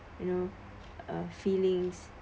you know uh feelings